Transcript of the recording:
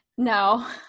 No